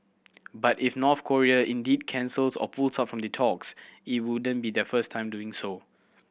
but if North Korea indeed cancels or pull out from the talks it wouldn't be their first time doing so